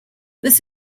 this